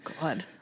God